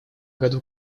году